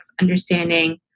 understanding